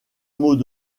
mot